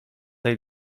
tej